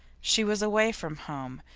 she was away from home,